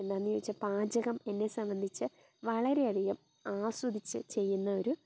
എന്താണെന്ന് ചോദിച്ചാൽ പാചകം എന്നെ സംബന്ധിച്ച് വളരെയധികം ആസ്വദിച്ച് ചെയ്യുന്ന ഒരു